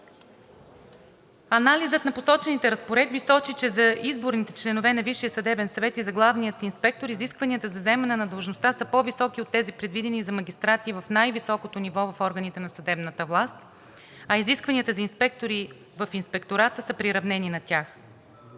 Анализът на посочените разпоредби сочи, че за изборните членове на Висшия съдебен съвет и за главния инспектор изискванията за заемане на длъжността са по-високи от тези, предвидени за магистрати в най-високото ниво в органите на съдебната власт, а изискванията за инспектори в Инспектората са приравнени на тях.